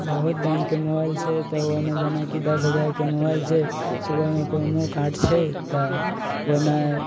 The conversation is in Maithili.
बहुत दामके मोबाइल छै तऽ ओइमे जेनाकि दस हजारके मोबाइल छै तऽ ओइमे प्रोमो कार्ड छै तऽ ओइमे